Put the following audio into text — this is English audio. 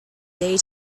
day